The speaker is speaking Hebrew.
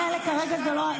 הוא כבר שריין אותך.